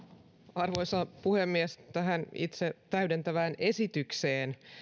arvoisa puhemies itse tähän täydentävään esitykseen